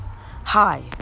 hi